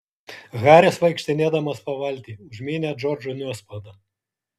haris vaikštinėdamas po valtį užmynė džordžui nuospaudą